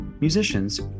musicians